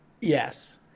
Yes